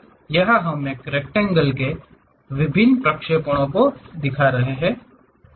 यहां हम एक रेकटंगेल के विभिन्न प्रक्षेपणों को दिखा रहे हैं संदर्भ समय 2551